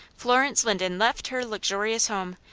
florence linden left her luxurious home,